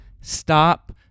stop